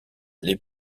les